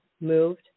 moved